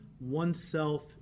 oneself